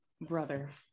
brother